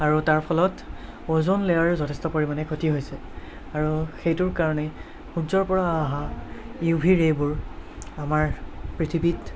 আৰু তাৰ ফলত অ'জন লেয়াৰ যথেষ্ট পৰিমাণে ক্ষতি হৈছে আৰু সেইটোৰ কাৰণে সূৰ্যৰপৰা অহা ইউ ভি ৰে'বোৰ আমাৰ পৃথিৱীত